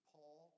Paul